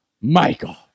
Michael